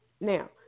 Now